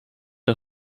der